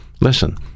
listen